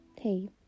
hey